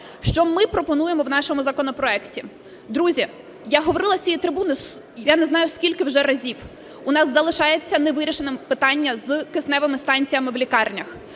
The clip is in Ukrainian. що ми пропонуємо в нашому законопроекті. Друзі, я говорила з цієї трибуни я не знаю, скільки вже разів, у нас залишається невирішеним питання з кисневими станціями в лікарнях.